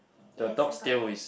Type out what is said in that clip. yes I got that